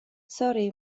sori